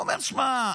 הוא אומר: תשמע,